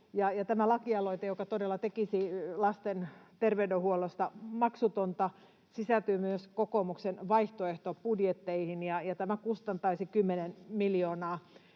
Tämä lakialoite, joka todella tekisi lasten terveydenhuollosta maksutonta, sisältyy myös kokoomuksen vaihtoehtobudjettiin, ja tämä kustantaisi 10 miljoonaa